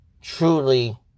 Truly